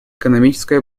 экономической